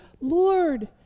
Lord